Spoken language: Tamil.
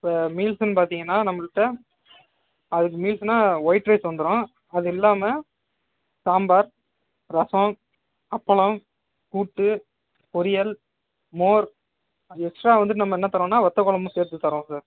இப்போ மீல்ஸுன்னு பார்த்தீங்கனா நம்மகிட்ட அதுக்கு மீல்ஸுனா ஒயிட் ரைஸ் வந்துரும் அது இல்லாமல் சாம்பார் ரசம் அப்பளம் கூட்டு பொரியல் மோர் எக்ஸ்ட்ரா வந்து நம்ம என்ன தரோன்னா வத்தக் குழம்பும் சேர்த்து தரோம் சார்